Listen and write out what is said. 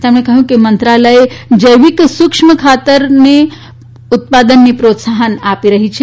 તેમણે કહ્યું કે મંત્રાલય જૈવિક અને સુક્ષ્મ ખાતર ઉત્પાદનને પ્રોત્સાહન આપી રહી છે